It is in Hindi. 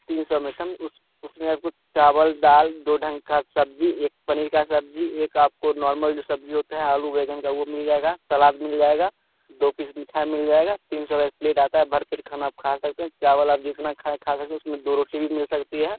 तीन सौ में से उसमें आपको चावल दाल दो ढंग की सब्ज़ी एक पनीर की सब्ज़ी एक आपको नॉर्मल जो सब्ज़ी होती है आलू बैंगन की वह मिल जाएगी सलाद भी मिल जाएगा दो पीस मीठा मिल जाएगा तीन सौ का एक प्लेट आती है भरपेट खाना खा सकते हैं चावल आप जितना खाएँ खा सकते उसमें दो रोटी भी मिल सकती है